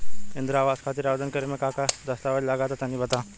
इंद्रा आवास खातिर आवेदन करेम का का दास्तावेज लगा तऽ तनि बता?